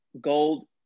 gold